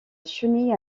chenille